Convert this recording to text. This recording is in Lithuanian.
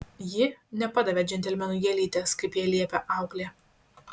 ji nepadavė džentelmenui gėlytės kaip jai liepė auklė